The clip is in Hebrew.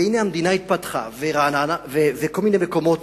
והנה, המדינה התפתחה, וכל מיני מקומות